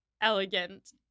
elegant